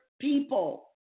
people